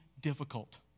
difficult